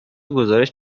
گزارش